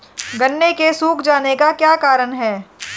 गन्ने के सूख जाने का क्या कारण है?